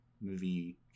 movie